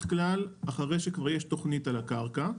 כלל אחרי שכבר יש תוכנית על הקרקע,